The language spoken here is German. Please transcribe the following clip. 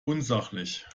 unsachlich